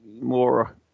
more